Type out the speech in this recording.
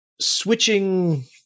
switching